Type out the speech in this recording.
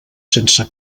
sense